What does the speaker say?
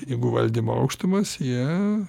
pinigų valdymo aukštumas jie